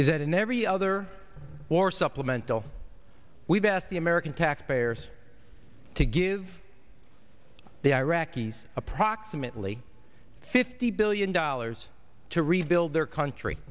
is that in every other war supplemental we've asked the american taxpayers to give the iraqis approximately fifty billion dollars to rebuild their country